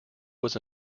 was